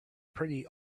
pretty